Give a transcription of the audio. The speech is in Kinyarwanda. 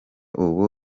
ubu